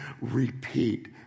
repeat